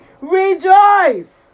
rejoice